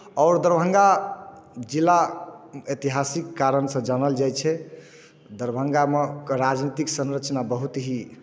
आओर दरभंगा जिला ऐतिहासिक कारणसँ जानल जाइ छै दरभंगामे के राजनीतिक संरचना बहुत ही